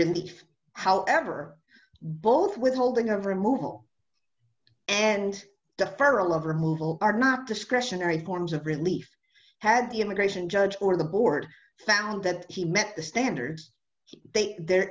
relief however both with holding of removal and the federal of removal are not discretionary forms of relief had the immigration judge or the board found that he met the standards he they there